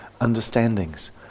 understandings